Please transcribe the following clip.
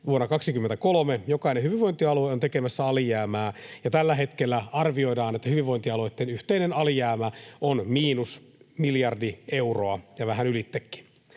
vuonna 23, jokainen hyvinvointialue on tekemässä alijäämää, ja tällä hetkellä arvioidaan, että hyvinvointialueitten yhteinen alijäämä on miinus miljardi euroa ja vähän ylitsekin.